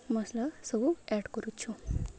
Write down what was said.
ମସଲା ସବୁ ଆଡ଼୍ କରୁଛୁ